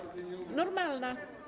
Normalna.